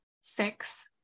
six